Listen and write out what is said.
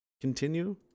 Continue